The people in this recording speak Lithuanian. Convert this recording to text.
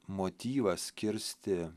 motyvas kirsti